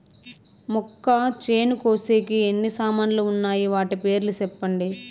మొక్కచేను కోసేకి ఎన్ని సామాన్లు వున్నాయి? వాటి పేర్లు సెప్పండి?